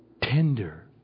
tender